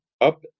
up